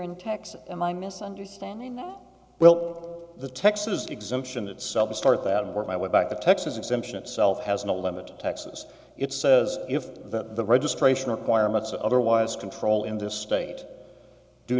in texas and my misunderstanding that well the texas exemption itself to start that work my way back to texas exemption self has no limit to taxes it says if the registration requirements otherwise control in this state do